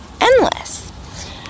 endless